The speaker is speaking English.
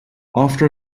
after